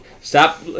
stop